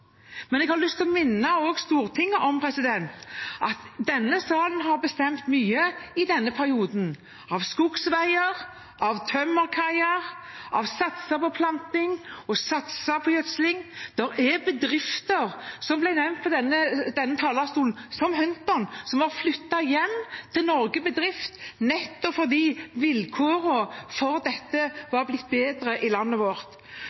Men jeg har også lyst til å minne Stortinget om at denne salen har bestemt mye i denne perioden – om skogsveier, om tømmerkaier, om satsing på beplantning og om satsing på gjødsling. Det er bedrifter som ble nevnt fra denne talerstolen, som bedriften Hunton, som har flyttet hjem til Norge, nettopp fordi vilkårene for dette var blitt bedre i landet vårt.